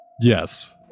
Yes